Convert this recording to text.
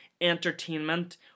entertainment